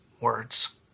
words